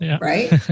Right